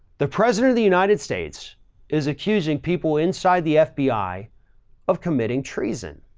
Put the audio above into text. the president of the united states is accusing people inside the fbi of committing treason.